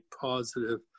positive